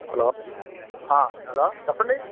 hello hello చెప్పండి